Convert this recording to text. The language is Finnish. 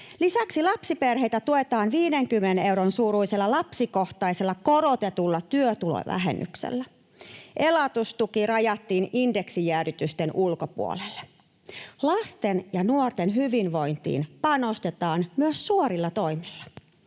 Lisäksi lapsiperheitä tuetaan 50 euron suuruisella lapsikohtaisella korotetulla työtulovähennyksellä. Elatustuki rajattiin indeksijäädytysten ulkopuolelle. Lasten ja nuorten hyvinvointiin panostetaan myös suorilla toimilla.